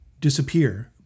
Disappear